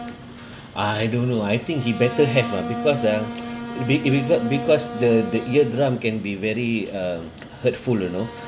I don't know I think he better have ah because ah if he got because the the eardrum can be very uh hurtful you know